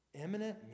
Imminent